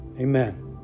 Amen